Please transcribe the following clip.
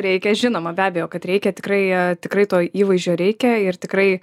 reikia žinoma be abejo kad reikia tikrai tikrai to įvaizdžio reikia ir tikrai